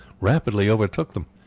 rapidly overtook them.